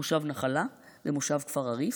מושב נחלה ומושב כפר הרי"ף.